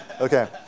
Okay